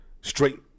straight